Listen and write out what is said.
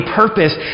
purpose